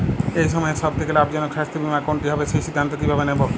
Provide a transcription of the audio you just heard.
এই সময়ের সব থেকে লাভজনক স্বাস্থ্য বীমা কোনটি হবে সেই সিদ্ধান্ত কীভাবে নেব?